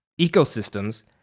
ecosystems